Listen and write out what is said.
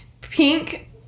Pink